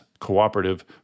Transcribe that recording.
cooperative